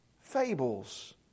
Fables